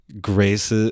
grace